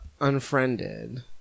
unfriended